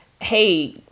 hey